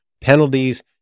penalties